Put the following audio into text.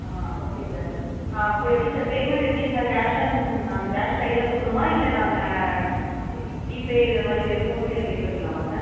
ஆ okay sir ஆ ஃபு எப்படி சார் பேமெண்ட் எப்படி சார் கேஷ் ஆன் அந்த கேஷ் கையில் கொடுக்கணுமா இல்லை நாங்கள் இத் இ ஜிபே இல்லை இந்த மாதிரி வே ஃபோன் பேலே பே பண்ணிட்லாமா சார்